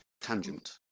Tangent